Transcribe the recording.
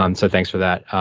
and so thanks for that.